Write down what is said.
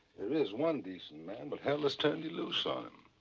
there is one decent man, but hell has turned you loose on him.